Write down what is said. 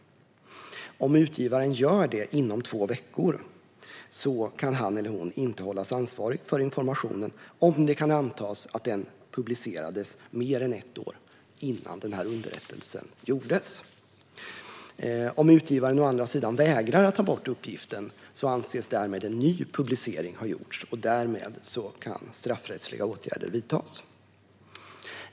Om utgivaren gör det inom två veckor kan han eller hon inte hållas ansvarig för informationen, om det kan antas att den publicerades mer än ett år innan underrättelsen gjordes. Om utgivaren å andra sidan vägrar att ta bort uppgiften anses därmed en ny publicering ha gjorts, och därmed kan straffrättsliga åtgärder vidtas.